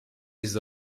des